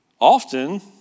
Often